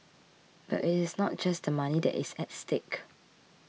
but it is not just the money that is at stake